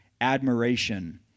admiration